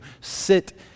sit